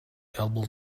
able